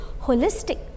holistic